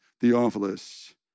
Theophilus